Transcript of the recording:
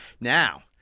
Now